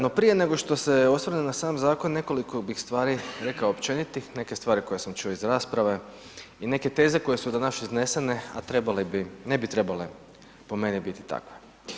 No prije nego što se osvrnem na sam zakon nekoliko bih stvari rekao općenitih neke stvari koje sam čuo iz rasprave i neke teze koje su danas iznesene, a ne bi trebale po meni biti takve.